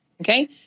okay